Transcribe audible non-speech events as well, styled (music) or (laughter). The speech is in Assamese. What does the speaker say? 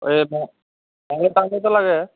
এই (unintelligible) কাম কৰিব লাগে